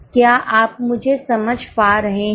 क्याआप मुझे समझ पा रहे हैं